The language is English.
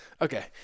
okay